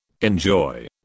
enjoy